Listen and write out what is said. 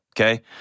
okay